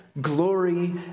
glory